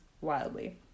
wildly